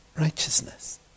righteousness